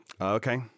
Okay